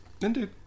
Indeed